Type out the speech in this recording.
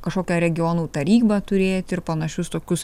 kažkokią regionų tarybą turėti ir panašius tokius